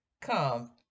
come